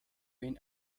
been